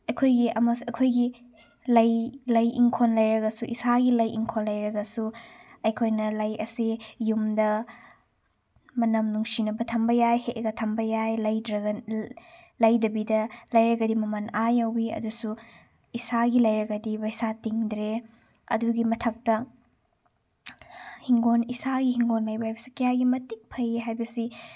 ꯑꯩꯈꯣꯏꯒꯤ ꯑꯃꯁꯨ ꯑꯩꯈꯣꯏꯒꯤ ꯂꯩ ꯂꯩ ꯏꯪꯈꯣꯜ ꯂꯩꯔꯕꯁꯨ ꯏꯁꯥꯒꯤ ꯂꯩ ꯏꯪꯈꯣꯜ ꯂꯩꯔꯕꯁꯨ ꯑꯩꯈꯣꯏꯅ ꯂꯩ ꯑꯁꯤ ꯌꯨꯝꯗ ꯃꯅꯝ ꯅꯨꯡꯁꯤꯅꯕ ꯊꯝꯕ ꯌꯥꯏ ꯍꯦꯛꯑꯒ ꯊꯝꯕ ꯌꯥꯏ ꯂꯩꯗꯕꯤꯗ ꯂꯩꯔꯒꯗꯤ ꯃꯃꯟ ꯑꯥ ꯌꯧꯋꯤ ꯑꯗꯨꯁꯨ ꯏꯁꯥꯒꯤ ꯂꯩꯔꯒꯗꯤ ꯄꯩꯁꯥ ꯇꯤꯡꯗ꯭ꯔꯦ ꯑꯗꯨꯒꯤ ꯃꯊꯛꯇ ꯍꯤꯡꯒꯣꯟ ꯏꯁꯥꯒꯤ ꯍꯤꯡꯒꯣꯟ ꯂꯩꯕ ꯍꯥꯏꯕꯁꯤ ꯀꯌꯥꯒꯤ ꯃꯇꯤꯛ ꯐꯩ ꯍꯥꯏꯕꯁꯤ